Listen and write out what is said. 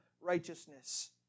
Righteousness